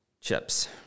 chips